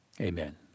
Amen